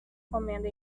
comendo